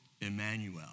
Emmanuel